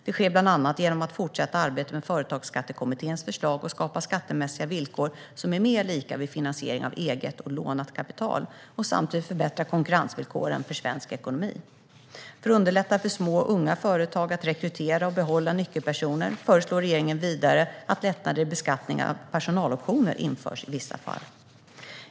Det sker bland annat genom fortsatt arbete med Företagsskattekommitténs förslag att skapa skattemässiga villkor som är mer lika vid finansiering av eget och lånat kapital och samtidigt förbättra konkurrensvillkoren i svensk ekonomi. För att underlätta för små och unga företag att rekrytera och behålla nyckelpersoner föreslår regeringen vidare att lättnader i beskattningen av personaloptioner införs i vissa fall.